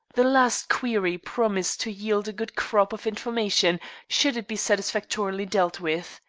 the last query promised to yield a good crop of information should it be satisfactorily dealt with.